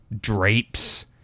drapes